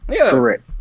Correct